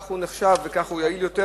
כך הוא היה נחשב וכך הוא היה יעיל יותר,